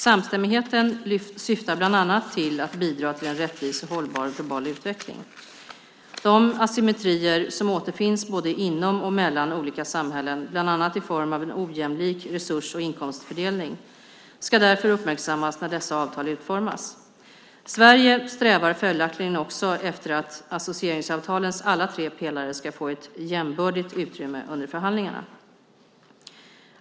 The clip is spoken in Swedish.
Samstämmigheten syftar bland annat till att bidra till en rättvis och hållbar global utveckling. De asymmetrier som återfinns både inom och mellan olika samhällen, bland annat i form av en ojämlik resurs och inkomstfördelning, ska därför uppmärksammas när dessa avtal utformas. Sverige strävar följaktligen också efter att associeringsavtalens alla tre pelare ska få ett jämbördigt utrymme under förhandlingarna.